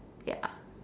ya